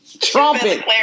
trumpet